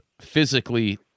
physically